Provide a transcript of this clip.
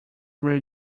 really